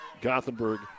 Gothenburg